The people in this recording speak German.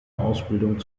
ausbildung